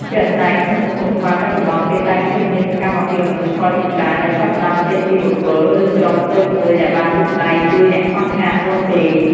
ជាក់ស្តែងក្នុងសង្គមខ្មែរបច្ចុប្បន្ន គេតែងឃើញមានសកម្មភាពមនុស្សធម៌ជាច្រើន ដែលចាប់ផ្តើមចេញពីបុគ្គល ឬក្រុមតូចមួយដែលបានលូកដៃជួយអ្នកខ្វះខាតមុនគេ។